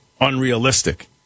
unrealistic